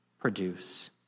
produce